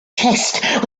chest